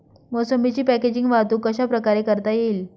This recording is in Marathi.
मोसंबीची पॅकेजिंग वाहतूक कशाप्रकारे करता येईल?